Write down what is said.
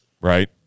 Right